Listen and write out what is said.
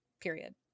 period